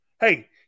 hey